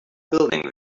building